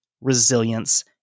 resilience